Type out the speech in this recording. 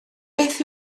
beth